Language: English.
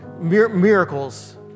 miracles